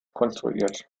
konstruiert